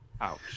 Ouch